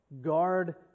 Guard